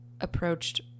approached